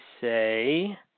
say